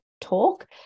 talk